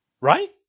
Right